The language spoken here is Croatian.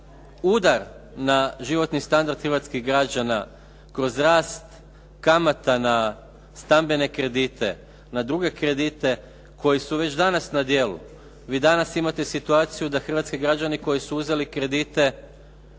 udar na životni standard hrvatskih građana kroz rasta kamata na stambene kredite, na druge kredite koji su već danas na djelu. Vi danas imate situaciju da hrvatski građani koji su uzeli kredite